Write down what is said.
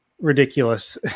ridiculous